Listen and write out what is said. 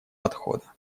подхода